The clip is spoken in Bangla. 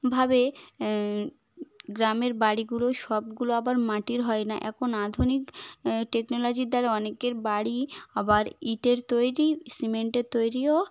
ভাবে গ্রামের বাড়িগুলো সবগুলো আবার মাটির হয় না এখন আধুনিক টেকনোলজির দ্বারা অনেকের বাড়ি আবার ইটের তৈরি সিমেন্টের তৈরিও